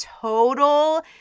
total